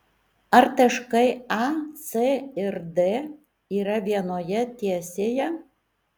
ar taškai a c ir d yra vienoje tiesėje